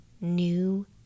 new